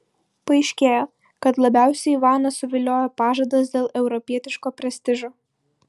paaiškėjo kad labiausiai ivaną suviliojo pažadas dėl europietiško prestižo